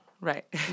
Right